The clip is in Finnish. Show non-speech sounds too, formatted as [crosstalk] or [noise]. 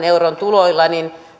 [unintelligible] euron tuloilla